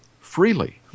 freely